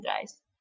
guys